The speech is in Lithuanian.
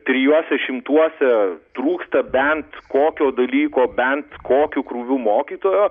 trijuose šimtuose trūksta bent kokio dalyko bent kokiu krūviu mokytojo